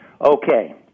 Okay